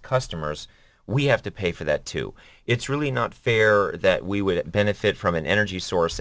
customers we have to pay for that too it's really not fair that we would benefit from an energy source